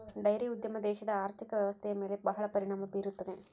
dairy ಉದ್ಯಮ ದೇಶದ ಆರ್ಥಿಕ ವ್ವ್ಯವಸ್ಥೆಯ ಮೇಲೆ ಬಹಳ ಪರಿಣಾಮ ಬೀರುತ್ತದೆ